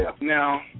Now